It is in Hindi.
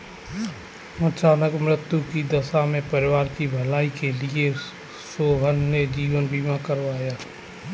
अचानक मृत्यु की दशा में परिवार की भलाई के लिए सोहन ने जीवन बीमा करवाया